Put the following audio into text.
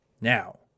now